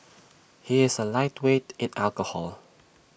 he is A lightweight in alcohol